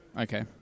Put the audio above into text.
Okay